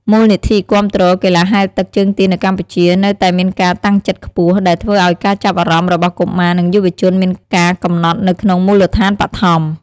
មូលនិធិគាំទ្រកីឡាហែលទឹកជើងទានៅកម្ពុជា នៅតែមានការតាំងចិត្តខ្ពស់ ដែលធ្វើឱ្យការចាប់អារម្មណ៍របស់កុមារនិងយុវជនមានការកំណត់នៅក្នុងមូលដ្ឋានបឋម។